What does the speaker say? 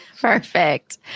perfect